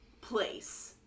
place